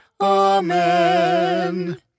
Amen